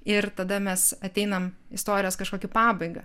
ir tada mes ateinam istorijos kažkokį pabaigą